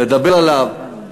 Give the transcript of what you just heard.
לדבר עליו,